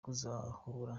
kuzahura